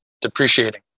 depreciating